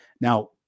now